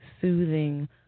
soothing